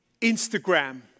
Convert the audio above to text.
Instagram